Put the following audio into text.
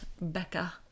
Becca